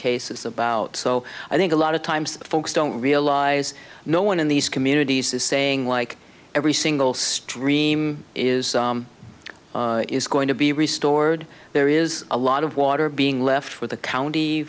case is about so i think a lot of times folks don't realize no one in these communities is saying like every single stream is is going to be restored there is a lot of water being left for the county